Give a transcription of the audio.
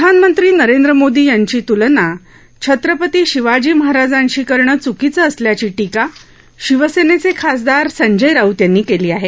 प्रधानमंत्री नरेंद्र मोदी यांची तुलना छत्रपती शिवाजी महाराजांशी करणं चुकीचं असल्याची टीका शिवसेनेचे खासदार संजय राऊत यांनी केली आहे